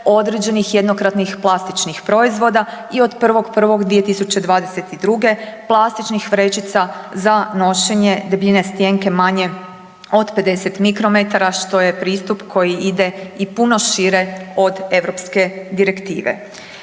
određenih jednokratnih plastičnih proizvoda i od 1.1.2022. platičnih vrećica za nošenje debljine stjenke manje od 50 mikrometara što je pristup koji ide i puno šire od europske direktive.